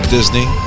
Disney